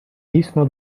дійсно